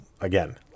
Again